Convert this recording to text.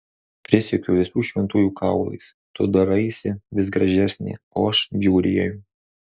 prisiekiu visų šventųjų kaulais tu daraisi vis gražesnė o aš bjaurėju